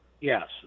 Yes